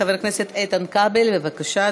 חבר הכנסת איתן כבל, בבקשה,